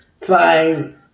fine